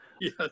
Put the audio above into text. Yes